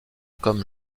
comme